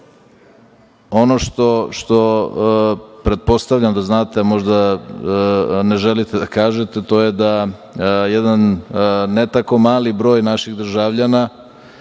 ono što pretpostavljam da znate, a možda ne želite da kažete, to je da jedan ne tako mali broj naših državljana